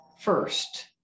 first